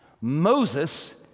Moses